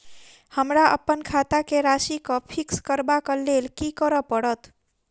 हमरा अप्पन खाता केँ राशि कऽ फिक्स करबाक लेल की करऽ पड़त?